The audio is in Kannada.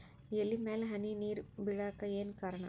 ಎಲೆ ಮ್ಯಾಲ್ ಹನಿ ನೇರ್ ಬಿಳಾಕ್ ಏನು ಕಾರಣ?